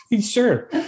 Sure